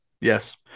Yes